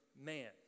man